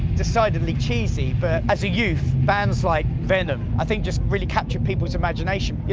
decidedly cheesy, but. as a youth, bands like venom, i think just really captured peoples' imagination. yeah